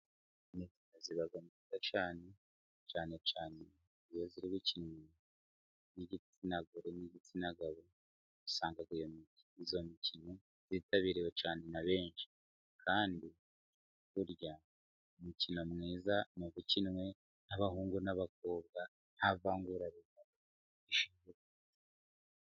Siporo ziba nziza cyane, cyane cyane iyo ziri gukinwa n'igitsina gore n'igitsina gabo, usanga iyo mikino yitabiriwe cyane na benshi, kandi burya umukino mwiza i uwukinwe n'abahungu n'abakobwa, nta vangura rihari.